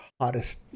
hottest